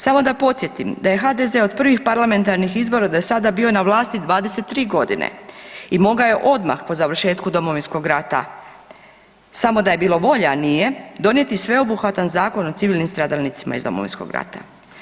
Samo da podsjetim da je HDZ od prvih parlamentarnih izbora do sada bio na vlasti 23 godine i mogao je odmah po završetku Domovinskog rata samo da je bilo volje, a nije, donijeti sveobuhvatan zakon o civilnim stradalnicima iz Domovinskog rata.